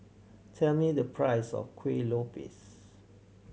tell me the price of Kueh Lopes